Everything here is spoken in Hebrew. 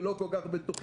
ולא כל כך בתוכי,